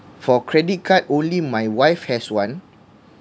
for credit card only my wife has one